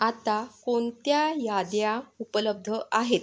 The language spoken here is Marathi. आत्ता कोणत्या याद्या उपलब्ध आहेत